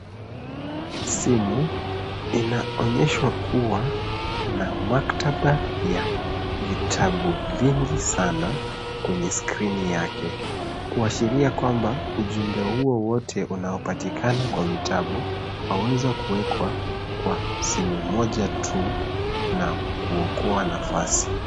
Simu inaonyeshwa kuwa na maktaba ya vitabu vingi sana, kwenye skrini yake kuashiria kwamba ujumbe huo wote unaopatikana kwa vitabu waweza kuwekwa kwa simu moja tu na kuokoa nafasi.